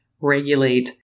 regulate